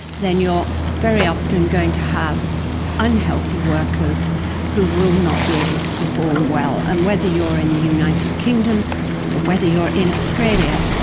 then you are very often going to have unhealthy workers who will not be able to perform well. and whether you are in the united kingdom or whether you are in australia,